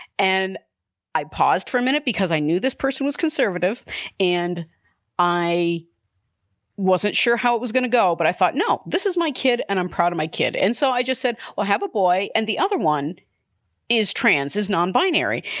and i paused for a minute because i knew this person was conservative and i wasn't sure how it was gonna go. but i thought, no, this is my kid and i'm proud of my kid. and so i just said, well, i have a boy. and the other one is trans is non binary.